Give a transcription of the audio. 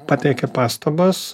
pateiki pastabas